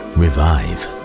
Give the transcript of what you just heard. revive